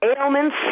Ailments